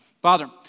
Father